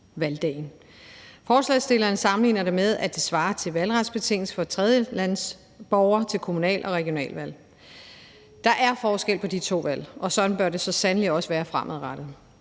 Forslagsstillerne sammenligner det med, at det svarer til valgretsbetingelsen for en tredjelandsborger til kommunal- og regionalvalg. Der er forskel på de to valg, og sådan bør det så sandelig også være fremadrettet.